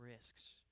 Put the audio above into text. risks